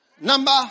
Number